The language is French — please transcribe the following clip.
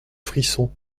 frisson